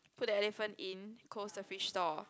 put the elephant in close the fridge door